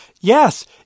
yes